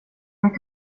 vet